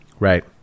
Right